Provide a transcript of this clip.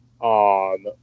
on